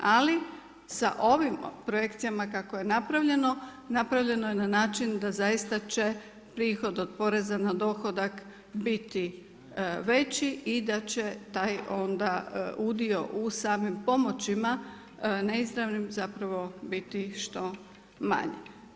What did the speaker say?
Ali sa ovim projekcijama kako je napravljeno, napravljeno je način da zaista će prihod od poreza na dohodak biti veći i da će taj udio u samim pomoćima, neizravnim biti što manje.